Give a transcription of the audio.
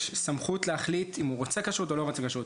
סמכות להחליט אם הוא רוצה כשרות או לא רוצה כשרות.